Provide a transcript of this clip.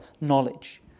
knowledge